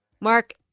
Mark